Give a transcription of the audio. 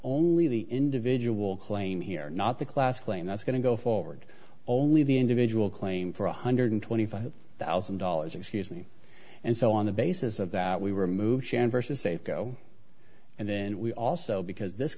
the individual claim here not the class claim that's going to go forward only the individual claim for one hundred and twenty five thousand dollars excuse me and so on the basis of that we were moved shan versus safeco and then we also because this